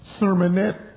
sermonette